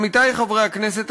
עמיתי חברי הכנסת,